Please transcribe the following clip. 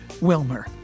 Wilmer